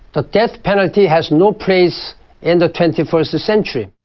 ah death penalty has no place in the twenty first century.